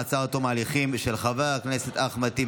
מעצר עד תום ההליכים בגין עבירה של החזקת נשק שלא כדין),